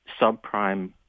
subprime